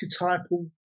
archetypal